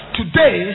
today